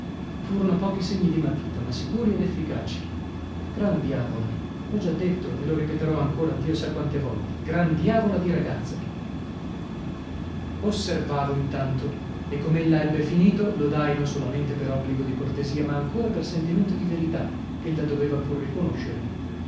furono pochi segni di matita ma sicuri ed efficaci gran diavola l'ho già detto e lo ripeterò ancora dio sa quante volte gran diavola di ragazza osservavo intanto e com'ella ebbe finito lodai non solamente per obbligo di cortesia ma ancora per sentimento di verità ch'ella doveva pur riconoscere